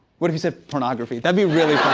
what if you said pornography? that'd be really